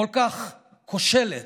כל כך כושלת,